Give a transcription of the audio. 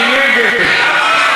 מי נגד?